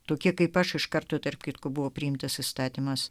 tokie kaip aš iš karto tarp kitko buvo priimtas įstatymas